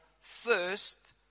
thirst